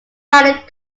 pilot